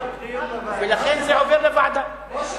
ולכן זה עובר לוועדה.